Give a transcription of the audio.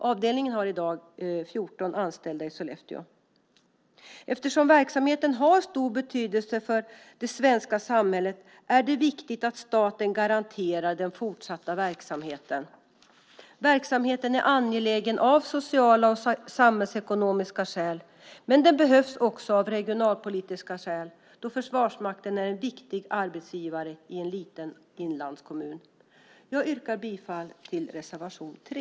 Avdelningen har i dag 14 anställda i Sollefteå. Eftersom verksamheten har stor betydelse för det svenska samhället är det viktigt att staten garanterar den fortsatta verksamheten. Verksamheten är angelägen av sociala och samhällsekonomiska skäl, men den behövs också av regionalpolitiska skäl, då Försvarsmakten är en viktig arbetsgivare i en liten inlandskommun. Jag yrkar bifall till reservation 3.